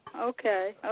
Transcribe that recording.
Okay